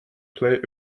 play